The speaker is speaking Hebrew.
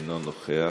אינו נוכח.